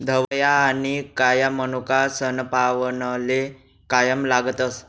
धवया आनी काया मनोका सनपावनले कायम लागतस